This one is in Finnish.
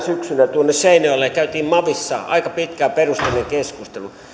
syksynä seinäjoelle ja käytiin mavissa aika pitkä ja perusteellinen keskustelu